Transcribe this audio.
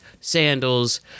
sandals